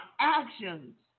actions